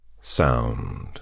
Sound